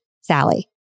Sally